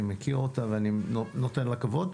אני מכיר אותה ואני נותן לה כבוד.